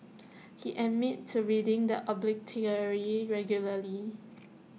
he admits to reading the obituary regularly